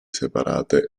separate